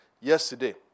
yesterday